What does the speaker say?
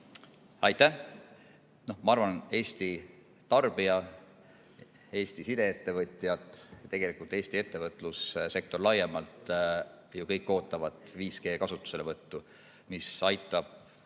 Aitäh! Ma arvan, Eesti tarbijad, sh Eesti sideettevõtjad ja tegelikult Eesti ettevõtlussektor laiemalt ootavad 5G kasutuselevõttu, mis annab